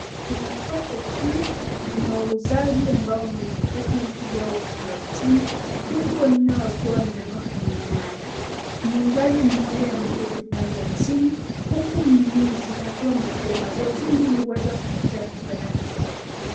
Kwenye soko kuu, kina wauzaji ambao wameweka vitu vyao upande wa chini huku wengine wakiwa wameweka kwenye mnada. Muuzaji mmoja ameketi upande wa chini huku mnunuzi akiwa amepiga magoti ili kufikia vitu anavyotaka kununua.